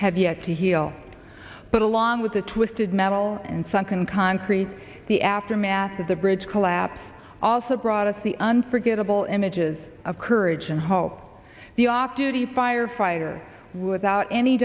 have yet to heal but along with the twisted metal and sunken concrete the aftermath of the bridge collapse also brought us the unforgettable images of courage and hope the off duty firefighter without any